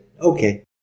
okay